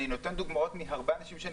אני נותן דוגמאות מהרבה זוגות שאני